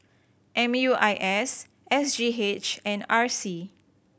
M U I S S G H and R C